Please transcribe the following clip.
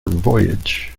voyage